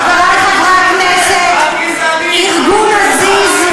את גזענית, חברי חברי הכנסת, ארגון Aziz,